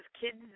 kids